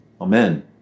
Amen